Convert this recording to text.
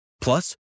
Plus